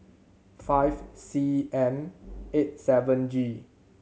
five C M eight seven G